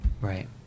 right